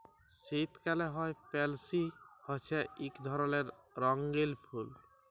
শীতকালে হ্যয় পেলসি হছে ইক ধরলের রঙ্গিল ফুল